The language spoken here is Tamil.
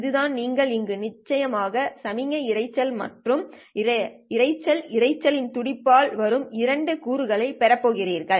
இதுதான் நீங்கள் அங்கு நிச்சயமாக சமிக்ஞை இரைச்சல் மற்றும் இரைச்சல் இரைச்சலின் துடிப்பு ஆல் வரும் இரண்டு கூறுகளை பெறப் போகிறீர்கள்